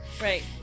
Right